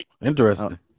Interesting